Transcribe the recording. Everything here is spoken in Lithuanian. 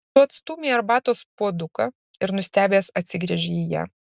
tu atstūmei arbatos puoduką ir nustebęs atsigręžei į ją